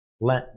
let